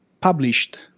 published